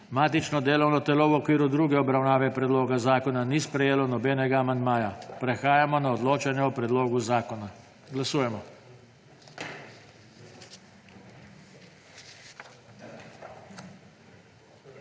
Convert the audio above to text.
Matično delovno telo v okviru druge obravnave predloga zakona ni sprejelo nobenega amandmaja. Prehajamo na odločanje o predlogu zakona. Glasujemo.